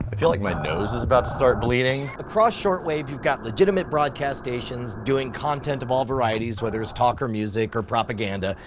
but feel like my nose is about to start bleeding. across shortwave, you've got legitimate broadcast stations doing content of all varieties, whether it's talk or music, or propaganda.